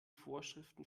vorschriften